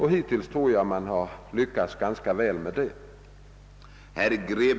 Hittills tror jag att man lyckats ganska väl med denna uppgift.